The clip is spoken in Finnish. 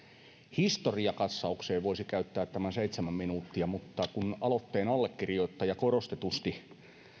historiakatsaukseen voisi käyttää tämän seitsemän minuuttia mutta kun aloitteen allekirjoittaja korostetusti